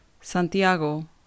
Santiago